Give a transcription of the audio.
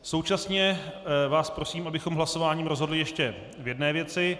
Současně vás prosím, abychom hlasováním rozhodli ještě o jedné věci.